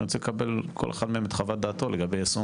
אני רוצה לקבל מכל אחד מהם את חוות דעתו לגבי יישום